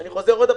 אני חוזר שוב,